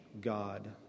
God